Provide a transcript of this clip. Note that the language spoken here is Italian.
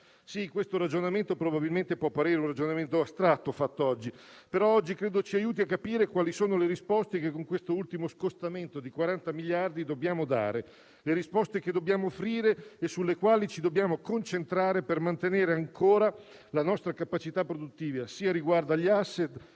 Sì, probabilmente questo può apparire un ragionamento astratto fatto oggi, però credo ci aiuti a capire quali sono le risposte che dobbiamo dare con questo ultimo scostamento di 40 miliardi; le risposte che dobbiamo aprire e sulle quali ci dobbiamo concentrare per mantenere ancora la nostra capacità produttiva, sia riguardo agli *asset*